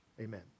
Amen